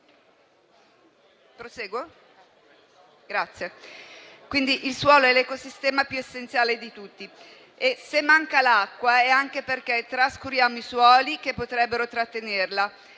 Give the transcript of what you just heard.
il suolo è l'ecosistema più essenziale di tutti. Quindi, se manca l'acqua è anche perché trascuriamo i suoli, che potrebbero trattenerla.